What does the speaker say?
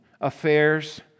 Affairs